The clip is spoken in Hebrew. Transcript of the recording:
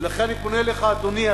ולכן אני פונה אליך, אדוני.